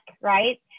right